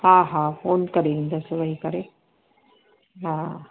हा हा फ़ोन करे ईंदसि वेही करे हा